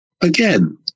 Again